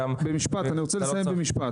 אז במשפט, אני רוצה לסיים במשפט.